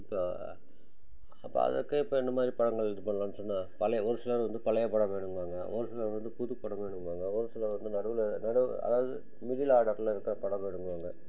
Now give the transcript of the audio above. இப்போ அப்போ அதுக்கேற்ப என்ன மாதிரி படங்கள் இது பண்ணலான்னு சொன்னால் பழைய ஒரு சிலர் வந்து பழைய படம் வேணுங்குவாங்க ஒரு சிலர் வந்து புதுப்படம் படம் வேணுங்குவாங்க ஒரு சிலர் வந்து நடுவில் நடு அதாவது மிடில் ஆர்டரில் இருக்கற படம் வேணுங்குவாங்க